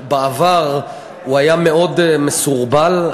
בעבר הוא היה מאוד מסורבל,